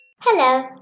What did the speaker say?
Hello